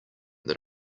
that